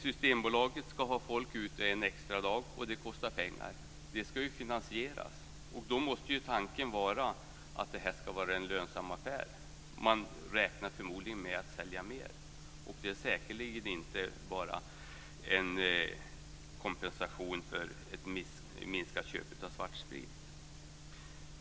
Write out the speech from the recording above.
Systembolaget ska ha folk ute en extra dag, och det kostar pengar. Det ska finansieras, och tanken måste då vara att det här ska vara en lönsam affär. Man räknar förmodligen med att sälja mer, och det är säkerligen inte bara en kompensation för minskade köp av svartsprit.